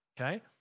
okay